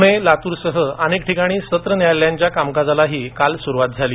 पुणे लातूरसह अनेक ठिकाणी सत्र न्यायालयांच्या कामकाजालाही काल सुरुवात झाली